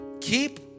Keep